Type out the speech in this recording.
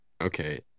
okay